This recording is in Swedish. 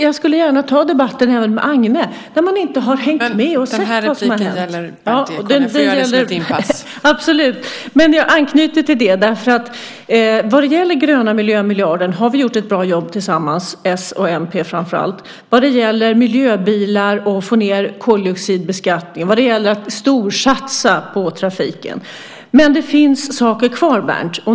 Jag skulle gärna ta debatten även med Agne, då man inte har hängt med och sett vad som har hänt. Vad gäller gröna miljömiljarden har vi gjort ett bra jobb tillsammans, framför allt s och mp. Det gäller miljöbilar, koldioxidbeskattningen och att storsatsa på trafiken. Men det finns saker kvar, Berndt.